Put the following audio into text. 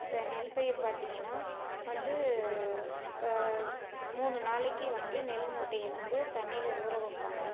இப்போ நெல் பயிர் பார்த்திங்கன்னா வந்து இப்போ மூணு நாளைக்கு வந்து நெல் மூட்டையை வந்து தண்ணியில் ஊற வைப்பாங்க